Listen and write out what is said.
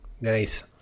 Nice